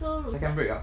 so looks like